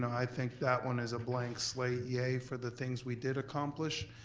i think that one is a blank slate. yay for the things we did accomplish.